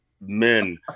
men